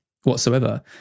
whatsoever